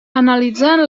analitzant